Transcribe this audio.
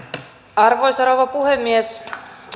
arvoisa rouva puhemies